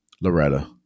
Loretta